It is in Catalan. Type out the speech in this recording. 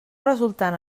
resultant